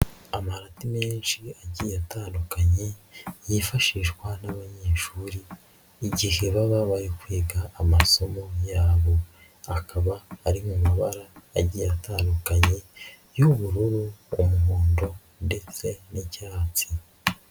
Amarati menshi agiye atandukanye yifashishwa n'abanyeshuri igihe baba bari kwiga amasomo yabo, akaba ari mu mabara agiye atandukanye y'ubururu, umuhondo ndetse n'icyatsi.